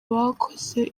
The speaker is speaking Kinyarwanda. bakoze